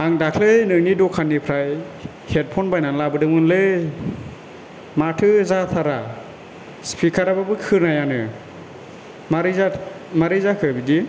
आं दाख्लै नोंनि द'खाननिफ्राय हेडफन बायनानै लाबोदोंमोनलै माथो जाथारा स्पिखाराबो खोनायानो मारै जाखो बिदि